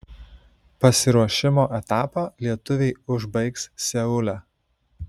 pasiruošimo etapą lietuviai užbaigs seule